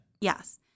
Yes